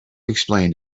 explained